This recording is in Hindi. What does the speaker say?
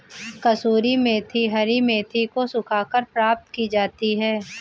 कसूरी मेथी हरी मेथी को सुखाकर प्राप्त की जाती है